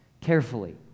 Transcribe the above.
carefully